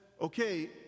okay